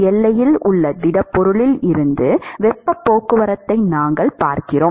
எல்லையில் உள்ள திடப்பொருளில் இருந்து வெப்பப் போக்குவரத்தை நாங்கள் பார்க்கிறோம்